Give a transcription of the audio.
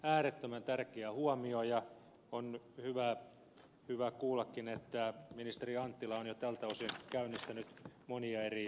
äärettömän tärkeä huomio ja on hyvä kuullakin että ministeri anttila on jo tältä osin käynnistänyt monia eri toimenpiteitä